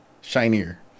shinier